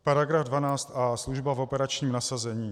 § 12a Služba v operačním nasazení.